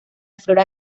flora